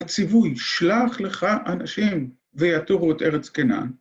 ‫הציווי שלח לך אנשים ‫ויתורו את ארץ קנאה.